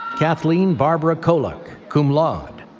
kathleen barbara koluch, cum laude.